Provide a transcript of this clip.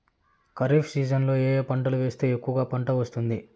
ఖరీఫ్ సీజన్లలో ఏ ఏ పంటలు వేస్తే ఎక్కువగా పంట వస్తుంది?